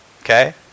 Okay